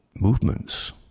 movements